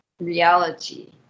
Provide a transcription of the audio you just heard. reality